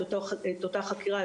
את אותה חקירה,